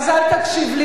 אז אל תקשיב לי,